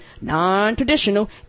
non-traditional